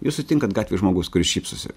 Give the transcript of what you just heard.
jūs sutinkat gatvėj žmogus kuris šypsosi